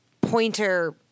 pointer